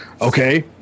Okay